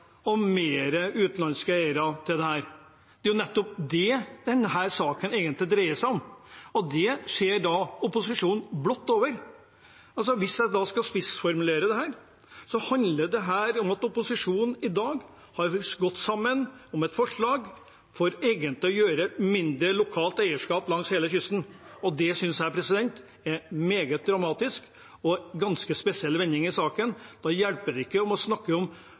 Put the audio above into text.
og flere utenlandske eiere av dette. Det er nettopp det denne saken egentlig dreier seg om, og det overser opposisjonen blott. Hvis jeg skal spissformulere dette, handler dette om at opposisjonen i dag har gått sammen om et forslag for egentlig å gjøre lokalt eierskap mindre langs hele kysten, og det synes jeg er meget dramatisk og en ganske spesiell vending i saken. Og det hjelper ikke å snakke